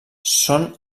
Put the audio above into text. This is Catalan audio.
són